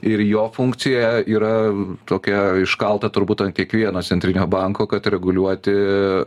ir jo funkcija yra tokia iškalta turbūt ant kiekvieno centrinio banko kad reguliuoti